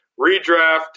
redraft